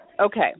Okay